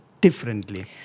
differently